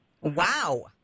Wow